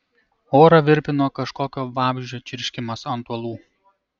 orą virpino kažkokio vabzdžio čirškimas ant uolų